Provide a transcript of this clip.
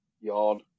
yawn